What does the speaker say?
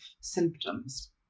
symptoms